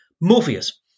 Morpheus